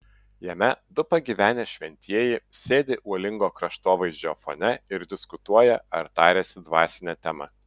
jame du pagyvenę šventieji sėdi uolingo kraštovaizdžio fone ir diskutuoja ar tariasi dvasine tema